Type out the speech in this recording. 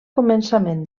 començament